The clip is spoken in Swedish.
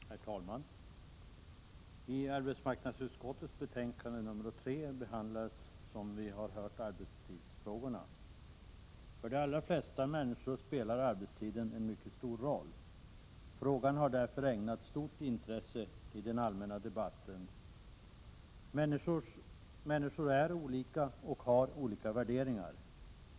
Herr talman! I arbetsmarknadsutskottets betänkande nr 3 behandlas, som vi har hört, arbetstidsfrågorna. För de allra flesta människor spelar arbetstiden en mycket stor roll. Frågan har därför ägnats stort intresse i den allmänna debatten. Människor är olika och har olika värderingar.